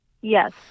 Yes